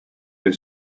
del